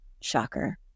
Shocker